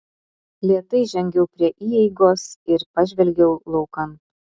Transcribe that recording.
lėtai žengiau prie įeigos ir pažvelgiau laukan